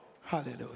hallelujah